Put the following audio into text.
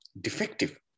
defective